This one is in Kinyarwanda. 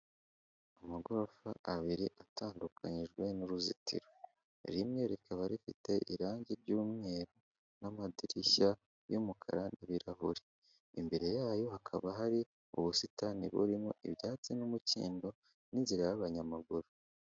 Amagorofa abiri atandukanyijwe, n'uruzitiro rimwe rikaba rifite irangi ry'umweru n'amadirishya y'umukara y’ ibirahure imbere yayo hakaba hari ubusitani burimo ibyatsi n'umukindo n'inzira y'abanyamaguru.